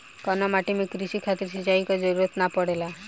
कउना माटी में क़ृषि खातिर सिंचाई क जरूरत ना पड़ेला?